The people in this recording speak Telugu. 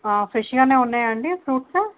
ఫ్రెష్గానే ఉన్నాయాండి ఫ్రూట్స్